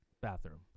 bathroom